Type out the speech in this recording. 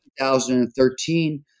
2013